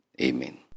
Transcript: Amen